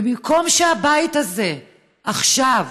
ובמקום שהבית הזה עכשיו,